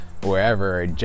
wherever